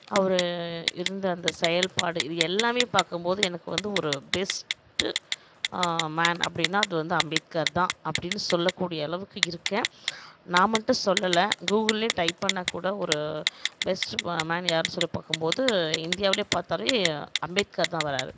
அவர் இருந்த அந்த செயல்பாடு இது எல்லாமே பார்க்கும் போது எனக்கு வந்து ஒரு பெஸ்ட்டு மேன் அப்படின்னா அது வந்து அம்பேத்கர் தான் அப்படின்னு சொல்லக்கூடிய அளவுக்கு இருக்கேன் நான் மட்டும் சொல்லலை கூகுள்லையே டைப் பண்ணிணா கூட ஒரு பெஸ்ட்டு மேன் யாருனு சொல்லி பார்க்கும் போது இந்தியாவில் பார்த்தாலே அம்பேத்கர் தான் வரார்